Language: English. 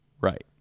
Right